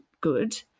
good